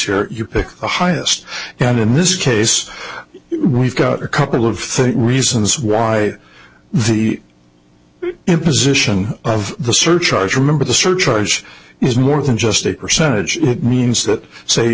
rates your pick the highest and in this case we've got a couple of things reasons why the imposition of the surcharge remember the surcharge is more than just a percentage it means that say